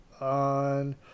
on